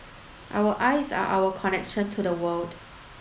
our eyes are our connection to the world